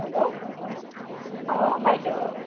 hello অ বাইদেউ